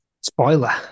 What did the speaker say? Spoiler